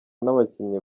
n’abakinnyi